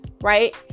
right